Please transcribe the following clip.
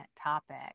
topic